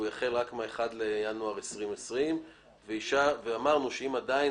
והחוק יחול רק מה-1 בינואר 2020. אמרנו שאם עדיין